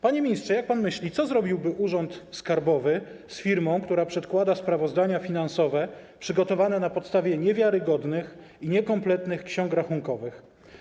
Panie ministrze, jak pan myśli, co zrobiłby urząd skarbowy z firmą, która przedkłada sprawozdania finansowe przygotowane na podstawie niewiarygodnych i niekompletnych ksiąg rachunkowych?